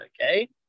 okay